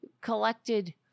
collected